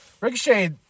Ricochet